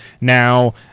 now